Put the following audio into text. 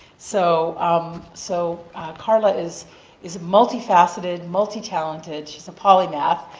so um so carla is is multi-faceted, multi-talented. she's a polymath,